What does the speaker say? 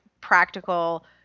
practical